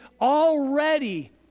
already